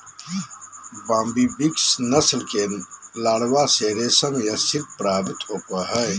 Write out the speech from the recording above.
Bombyx नस्ल के larva से रेशम या सिल्क प्राप्त होबा हइ